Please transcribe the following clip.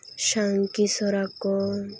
ᱥᱟᱱᱠᱤ ᱥᱚᱨᱟ ᱠᱚ